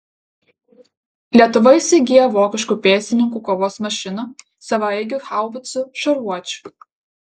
lietuva įsigyja vokiškų pėstininkų kovos mašinų savaeigių haubicų šarvuočių